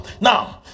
Now